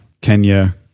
Kenya